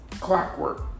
Clockwork